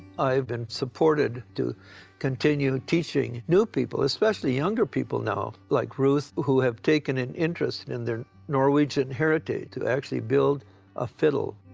i have been supported to continue teaching new people, especially younger people now like ruth who have taken an interest in their norwegian heritage, to actually build a fiddle.